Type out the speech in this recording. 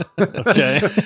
okay